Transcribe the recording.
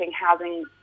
housing